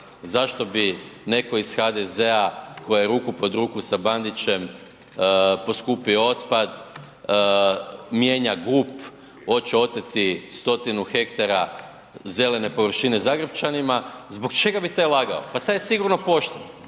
zašto bi netko iz HDZ-a tko je ruku pod ruku sa Bandićem poskupio otpad, mijenja GUP, hoće oteti 100-tinu hektara zelene površine Zagrepčanima, zbog čega bi taj lagao, pa taj je sigurno pošten,